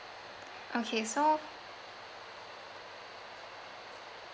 okay so